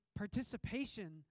participation